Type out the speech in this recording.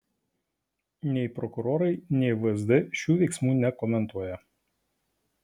nei prokurorai nei vsd šių veiksmų nekomentuoja